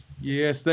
yes